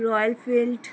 royal Enfield